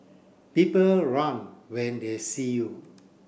people run when they see you